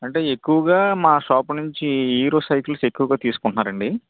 అంటే ఎక్కువగా మా షాపు నుంచి హీరో సైకిల్స్ ఎక్కువగా తీసుకుంటున్నారు అండి